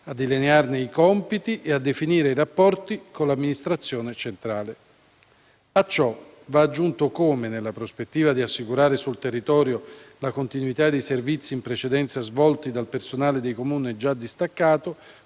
a delinearne i compiti e a definirne i rapporti con l'amministrazione centrale. A ciò va aggiunto come, nella prospettiva di assicurare sul territorio la continuità dei servizi in precedenza svolti dal personale dei Comuni già distaccato,